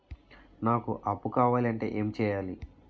నాకు అప్పు కావాలి అంటే ఎం చేయాలి?